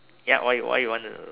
ya why you what you want to